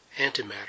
antimatter